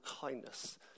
kindness